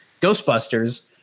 Ghostbusters